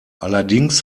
allerdings